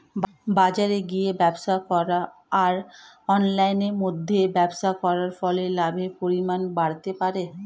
বাজারে গিয়ে ব্যবসা করা আর অনলাইনের মধ্যে ব্যবসা করার ফলে লাভের পরিমাণ বাড়তে পারে?